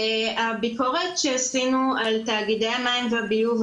הביקורת שעשינו על תאגידי המים והביוב,